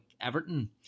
Everton